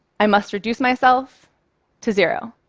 i must reduce myself to zero.